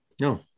No